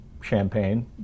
Champagne